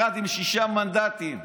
אחד עם שישה מנדטים,